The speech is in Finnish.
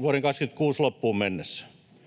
vuoden 26 loppuun mennessä.